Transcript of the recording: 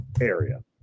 area